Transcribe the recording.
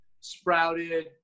Sprouted